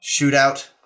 shootout